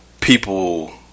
people